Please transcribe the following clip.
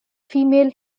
female